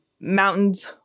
mountains